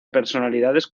personalidades